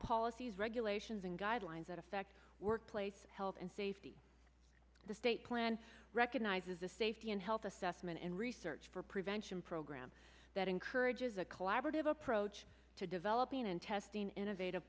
policies regulations and guidelines that affect workplace health and safety the state plan recognizes a safety and health assessment and research for prevention program that encourages a collaborative approach to developing and testing innovative